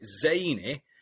zany